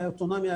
אוטונומיה